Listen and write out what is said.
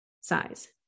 Size